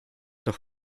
doch